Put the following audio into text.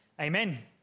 Amen